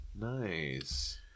Nice